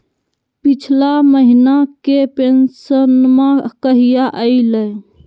पिछला महीना के पेंसनमा कहिया आइले?